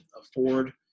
afford